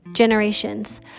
generations